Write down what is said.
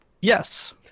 Yes